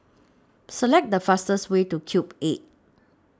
Select The fastest Way to Cube eight